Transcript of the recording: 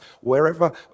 wherever